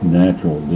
natural